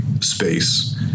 space